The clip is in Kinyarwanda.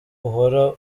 uhora